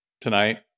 tonight